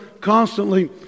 constantly